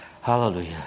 Hallelujah